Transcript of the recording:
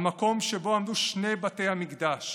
המקום שבו עמדו שני בתי המקדש